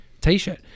T-shirt